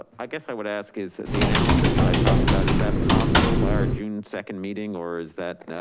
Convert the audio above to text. i guess i would ask, is the analysis that i talked about, is that possible by our june second meeting or is that